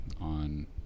on